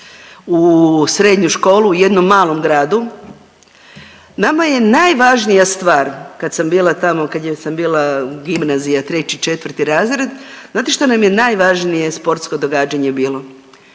u srednju školu u jednom malom gradu nama je najvažnija stvar kad sam bila tamo kad sam bila gimnazija 3, 4 razred znate šta nam je najvažnije sportsko događanje bilo,